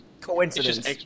coincidence